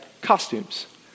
costumes